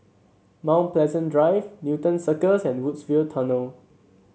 Mount Pleasant Drive Newton Circus and Woodsville Tunnel